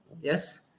Yes